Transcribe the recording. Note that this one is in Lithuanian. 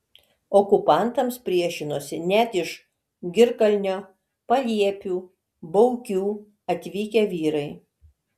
okupantams priešinosi net iš girkalnio paliepių baukių atvykę vyrai